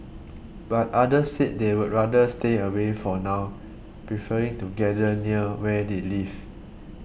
but others said they would rather stay away for now preferring to gather near where they live